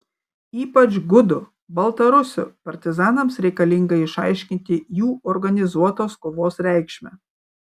ypač gudų baltarusių partizanams reikalinga išaiškinti jų organizuotos kovos reikšmę